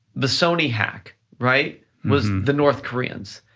the sony hack, right, was the north koreans,